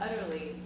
utterly